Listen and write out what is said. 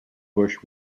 bush